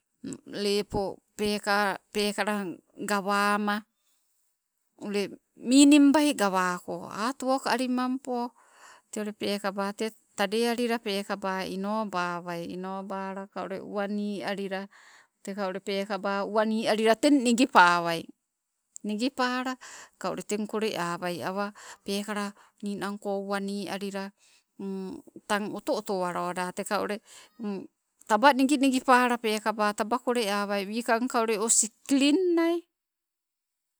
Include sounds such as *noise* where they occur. *hesitation* Lepo peeka pekala gawama ule minim bai gawako. Hat wok alimampo, tee ule peekaba tee tade alila peekaba inobawai. Inobala ka ule uwani alila teka ule pekaba, uwani alila teng nigipawai. Nigipala ka ule teng kole awai, awa pekala ninanko uwani alila, *hesitation* tang oto oto waloda teka ule. *hesitation* Taba nigi nigi pala peekaba taba kole awai, wikang ka ule osi klin nai.